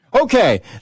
Okay